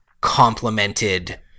complemented